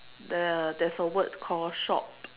there are there's a word called shop